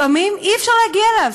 לפעמים אי-אפשר להגיע אליו,